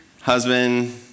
husband